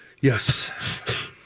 Yes